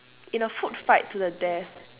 in a food fight to the death